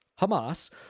Hamas